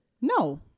No